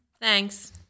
Thanks